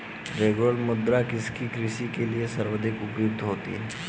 रेगुड़ मृदा किसकी कृषि के लिए सर्वाधिक उपयुक्त होती है?